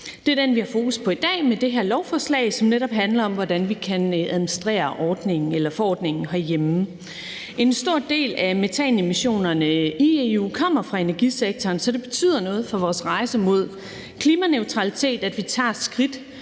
Det er den, vi har fokus på i dag med det her lovforslag, som netop handler om, hvordan vi kan administrere forordningen herhjemme. En stor del af metanemissionerne i EU kommer fra energisektoren, så det betyder noget for vores rejse mod klimaneutralitet, at vi tager skridt